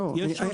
יש רשות.